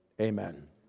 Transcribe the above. Amen